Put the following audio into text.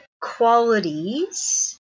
qualities